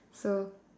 so